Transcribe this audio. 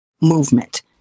movement